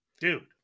dude